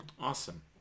Awesome